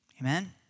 Amen